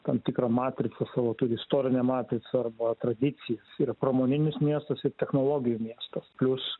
tam tikrą matricą savo turi istorinę matricą arba tradicijas yra pramoninis miestas ir technologijų miestas plius